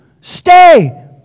Stay